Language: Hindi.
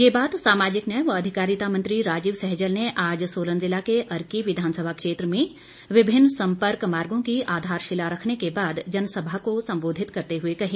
ये बात सामाजिक न्याय व अधिकारिता मंत्री राजीव सहजल ने आज सोलन जिला के अर्की विधानसभा क्षेत्र में विभिन्न संपर्क मार्गों की आधारशिला रखने के बाद जनसभा को संबोधित करते हुए कही